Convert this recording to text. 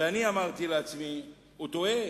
ואני אמרתי לעצמי, הוא טועה.